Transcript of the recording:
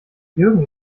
jürgen